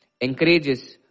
encourages